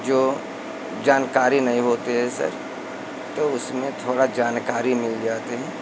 जो जानकारी नई होते है सर तो उसमें थोड़ा जानकारी मिल जाते हैं